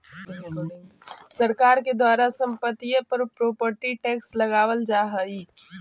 सरकार के द्वारा संपत्तिय पर प्रॉपर्टी टैक्स लगावल जा हई